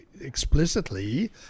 explicitly